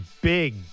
big